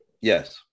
Yes